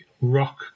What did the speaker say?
rock